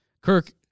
Kirk